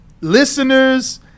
listeners